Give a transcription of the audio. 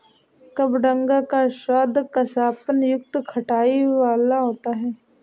कबडंगा का स्वाद कसापन युक्त खटाई वाला होता है